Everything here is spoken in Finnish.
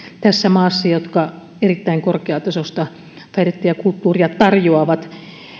jotka erittäin korkeatasoista taidetta ja kulttuuria tarjoavat